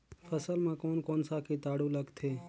फसल मा कोन कोन सा कीटाणु लगथे?